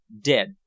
dead